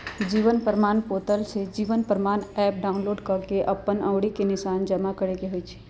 जीवन प्रमाण पोर्टल से जीवन प्रमाण एप डाउनलोड कऽ के अप्पन अँउरी के निशान जमा करेके होइ छइ